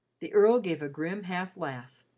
the earl gave a grim half laugh,